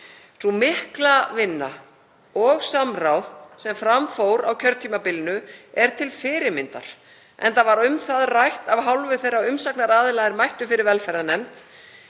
Sú mikla vinna og samráð sem fram fór á kjörtímabilinu er til fyrirmyndar, enda var um það rætt af hálfu þeirra umsagnaraðila er mættu fyrir velferðarnefnd